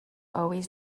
always